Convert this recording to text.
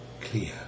clear